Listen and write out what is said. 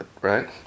right